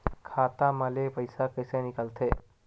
खाता मा ले पईसा कइसे निकल थे?